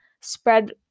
spread